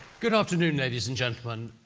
good afternoon, ladies and gentlemen.